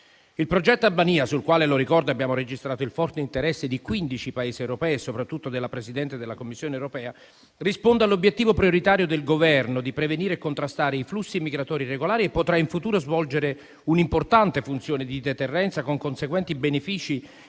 Il progetto Albania, sul quale - lo ricordo - abbiamo registrato il forte interesse di 15 Paesi europei e soprattutto della Presidente della Commissione europea, risponde all'obiettivo prioritario del Governo di prevenire e contrastare i flussi migratori irregolari e potrà in futuro svolgere un'importante funzione di deterrenza, con conseguenti benefici